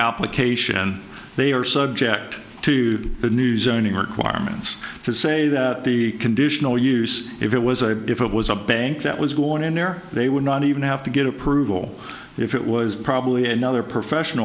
application they are subject to the news only requirements to say that the conditional use if it was a if it was a bank that was going in there they would not even have to get approval if it was probably another profession